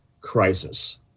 crisis